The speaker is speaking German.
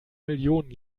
millionen